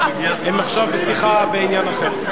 הם עכשיו בשיחה בעניין אחר.